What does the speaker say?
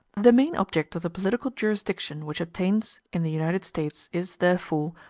the main object of the political jurisdiction which obtains in the united states is, therefore,